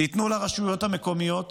תנו לרשויות המקומיות